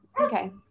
Okay